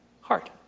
heart